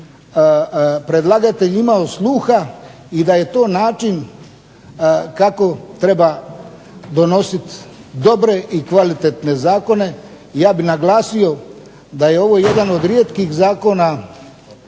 predlagatelj imao sluha i da je to način kako treba donositi dobre i kvalitetne zakone. Ja bih naglasio da je ovo jedan od rijetkih zakona